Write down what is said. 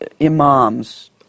Imams